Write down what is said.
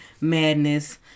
Madness